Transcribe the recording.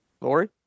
Lori